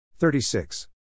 36